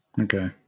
Okay